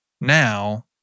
now